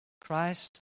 Christ